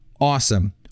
awesome